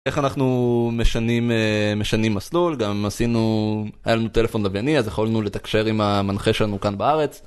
איך אנחנו משנים מסלול גם עשינו היה לנו טלפון לווייני אז יכולנו לתקשר עם המנחה שלנו כאן בארץ.